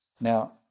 Now